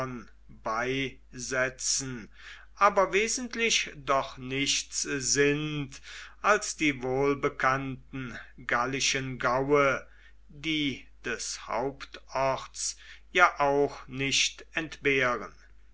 beisetzen aber wesentlich doch nichts sind als die wohlbekannten gallischen gaue die des hauptorts ja auch nicht entbehren